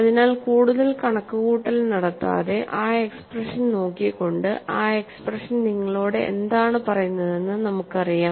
അതിനാൽ കൂടുതൽ കണക്കുകൂട്ടൽ നടത്താതെ ആ എക്സ്പ്രഷൻ നോക്കി കൊണ്ട് ആ എക്സ്പ്രഷൻ നിങ്ങളോട് എന്താണ് പറയുന്നതെന്ന് നമുക്ക് അറിയാം